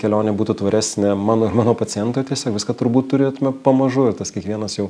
kelionė būtų tvaresnė mano ir mano pacientui tiesiog viską turbūt turėtume pamažu ir tas kiekvienas jau